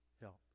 help